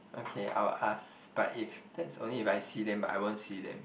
okay I will ask but if that's only if I see them but I won't see them